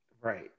Right